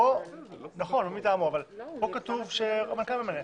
פה כתוב שהמנכ"ל ממנה.